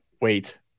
wait